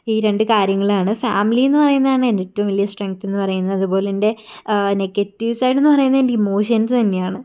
ഈ രണ്ടു കാര്യങ്ങളാണ് ഫാമിലീന്ന് പറയുന്നതാണ് എൻ്റെ ഏറ്റവും വലിയ സ്ട്രെങ്ത്ന്ന് പറയുന്നത് അതുപോലെ എൻ്റെ നെഗറ്റീവ് സൈഡെന്നു പറയുന്നത് എൻ്റെ ഇമോഷൻസ് തന്നെയാണ്